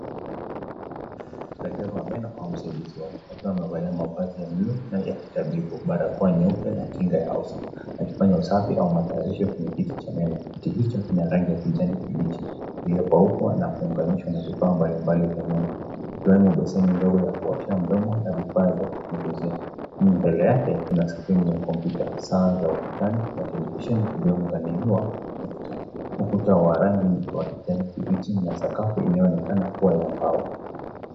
Daktari wa meno au msaidizi wake akiwa amevalia mavazi ya bluu na ya kitabibu, barakoa nyeupe ya kinga ya uso. Akifanya usafi au matayarisho kwenye kiti cha meno. Kiti hicho kina rangi ya kijani kibichi iliyokauka na kuunganishwa na vifaa mbali mbali vya meno, ikiwemo beseni ndogo ya kuoshea mdomo na vifaa vya kuchunguzia. Mbele yake, kuna screen ya kompyuta, saa za ukutani na televisheni iliyounganiwa ukuta. Ukuta wa rangi ya kijani kibichi na sakafu inayonekana kuwa ya mbao.